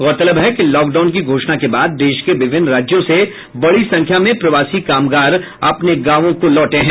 गौरतलब है कि लॉकडाउन की घोषणा के बाद देश के विभिन्न राज्यों से बड़ी संख्या में प्रवासी कामगार अपने गांवों को लौटे हैं